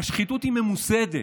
השחיתות היא ממוסדת.